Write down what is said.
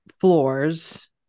floors